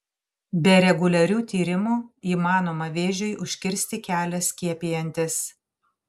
be reguliarių tyrimų įmanoma vėžiui užkirsti kelią skiepijantis